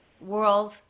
world